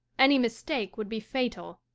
any mistake would be fatal.